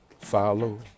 follow